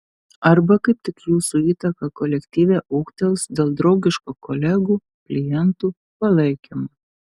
arba kaip tik jūsų įtaka kolektyve ūgtels dėl draugiško kolegų klientų palaikymo